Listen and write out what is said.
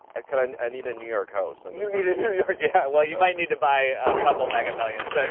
ah kind of and i need a new york house. and you need a new york yeah. well, you might need to buy a couple mega millions, and